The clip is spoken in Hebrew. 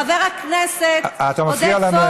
חבר הכנסת ילין, אתה מפריע לנואמת.